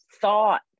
thought